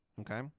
Okay